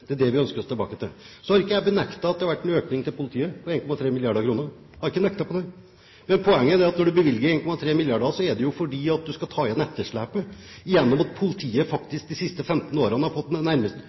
Det er det vi ønsker oss tilbake til. Så har ikke jeg benektet at det har vært en økning til politiet på 1,3 mrd. kr. Jeg har ikke nektet på det. Men poenget er at når man bevilger 1,3 mrd. kr, er det jo fordi man skal ta igjen etterslepet. Politiet